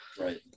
Right